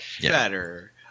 better